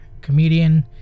comedian